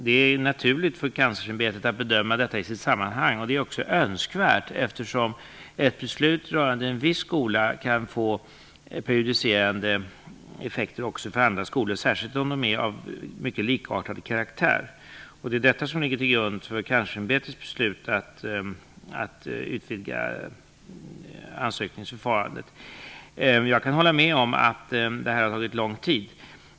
Det är naturligt för Kanslersämbetet att bedöma detta i sitt sammanhang, och det är även önskvärt, eftersom ett beslut rörande en viss skola kan få prejudicerande effekter också för andra skolor, särskilt om skolorna har mycket likartad karaktär. Det är detta som ligger till grund för Kanslersämbetets beslut att utvidga ansökningsförfarandet. Jag håller med om att det tagit lång tid.